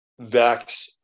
vax